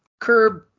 Curb